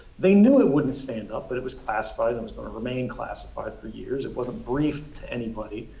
they knew it wouldn't stand up, but it was classified, it was gonna remain classified for years. it wasn't briefed to anybody.